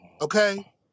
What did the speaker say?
Okay